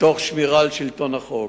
בשמירה על שלטון החוק.